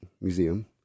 museum